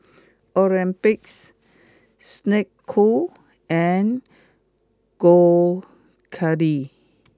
Olympus Snek Ku and Gold Kili